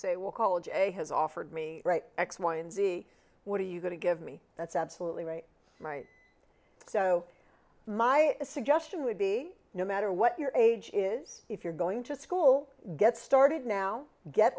say well college a has offered me right x y and z what are you going to give me that's absolutely right so my suggestion would be no matter what your age is if you're going to school get started now get